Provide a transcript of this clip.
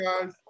guys